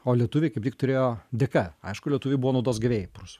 o lietuviai kaip tik turėjo dėka aišku lietuviai buvo naudos gavėjai prūs